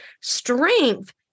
Strength